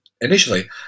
initially